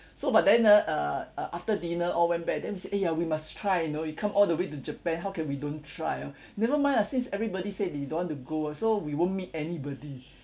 so but then ah uh uh after dinner all went back then we say !aiya! we must try you know you come all the way to japan how can we don't try you know never mind lah since everybody say they don't want to go so we won't meet anybody